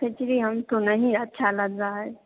खिचड़ी हमको नहीं अच्छा लग रहा है